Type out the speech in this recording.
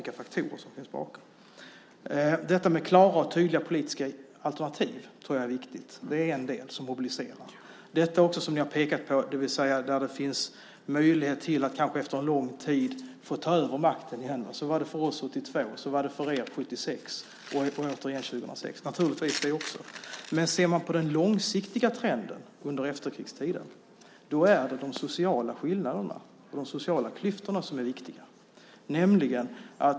Jag tror att klara och tydliga politiska alternativ är viktigt. Det är en del som mobiliserar. En annan faktor är den som ni har pekat på - att det finns möjlighet att efter en lång tid få ta över makten igen. Så var det för oss 1982, och så var det för er 1976 och återigen 2006. Naturligtvis är det också viktigt. Ser man dock på den långsiktiga trenden under efterkrigstiden är det de sociala skillnaderna, de sociala klyftorna, som är viktiga.